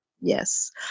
Yes